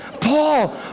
Paul